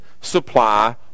supply